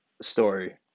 story